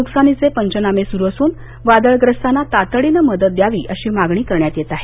नुकसानीचे पंचनामे सुरू असून वादळग्रस्तांना तातडीनं मदत द्यावी अशी मागणी करण्यात येत आहे